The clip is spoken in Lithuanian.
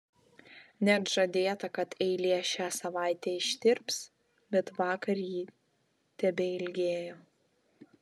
net žadėta kad eilė šią savaitę ištirps bet vakar ji tebeilgėjo